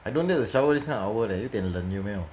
I don't dare to shower this kind of hour leh 有一点冷有没有